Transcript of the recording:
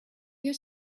your